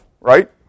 right